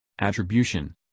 Attribution